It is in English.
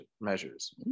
measures